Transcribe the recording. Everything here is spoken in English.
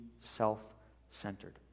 self-centered